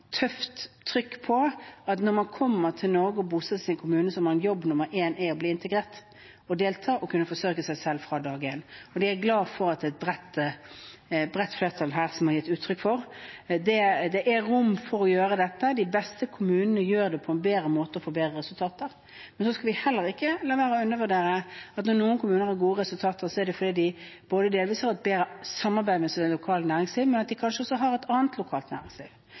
tøft trykk på at når man kommer til Norge og bosetter seg i en kommune, så er jobb nummer én å bli integrert, delta og kunne forsørge seg selv fra dag én. Jeg er glad for at det er et bredt flertall her som har gitt uttrykk for det. Det er rom for å gjøre dette. De beste kommunene gjør det på en bedre måte og får bedre resultater enn andre. Men vi skal heller ikke undervurdere det at når noen kommuner har gode resultater, er det delvis fordi de har et bedre samarbeid med sitt lokale næringsliv og kanskje også et annet lokalt næringsliv.